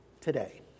today